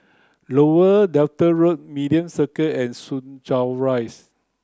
Lower Delta Road Media Circle and Soo Chow Rise